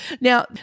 Now